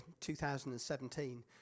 2017